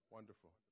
Wonderful